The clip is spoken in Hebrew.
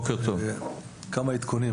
כמה עדכונים.